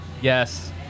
Yes